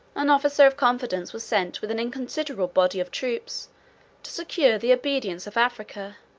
an officer of confidence was sent with an inconsiderable body of troops to secure the obedience of africa